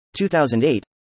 2008